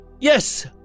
Yes